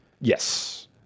Yes